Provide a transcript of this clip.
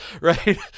Right